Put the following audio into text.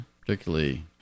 particularly